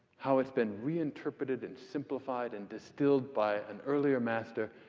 how it's been reinterpreted and simplified and distilled by an earlier master.